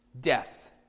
death